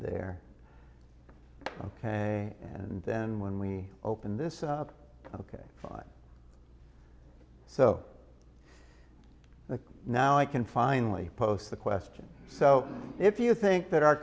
there ok and then when we open this up ok fine so the now i can finally post the question so if you think that our